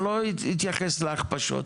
אני לא אתייחס להכפשות,